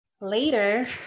later